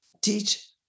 teach